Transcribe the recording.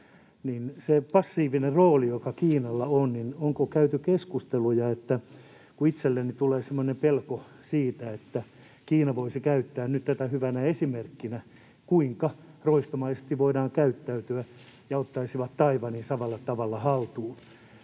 Se passiivinen rooli, joka Kiinalla on — itselleni tulee semmoinen pelko, että Kiina voisi käyttää nyt tätä hyvänä esimerkkinä siitä, kuinka roistomaisesti voidaan käyttäytyä, ja ottaa Taiwanin samalla tavalla haltuun.